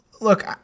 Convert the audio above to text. Look